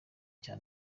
cya